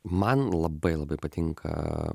man labai labai patinka